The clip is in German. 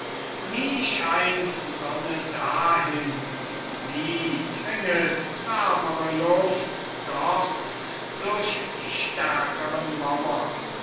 nie scheint sonne dahin nie dringet wärmere luft dort durch die stärkeren mauern